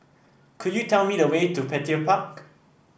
could you tell me the way to Petir Park